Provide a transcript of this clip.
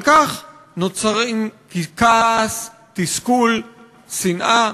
אבל כך נוצרים כעס, תסכול, שנאה